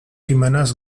jimenez